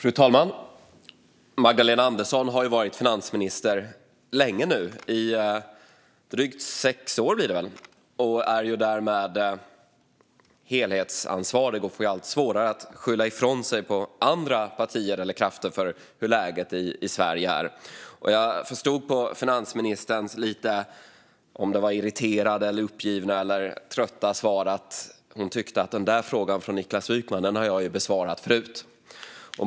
Fru talman! Magdalena Andersson har varit finansminister länge nu. Det blir väl drygt sex år? Därmed är hon helhetsansvarig och får allt svårare att skylla ifrån sig på andra partier och krafter för hur läget är i Sverige. Jag förstod på finansministerns irriterade, uppgivna eller trötta svar att hon tyckte att hon hade besvarat den där frågan från Niklas Wykman förut.